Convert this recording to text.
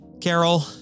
Carol